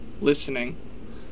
Listening